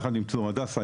יחד עם צור הדסה,